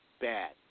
bad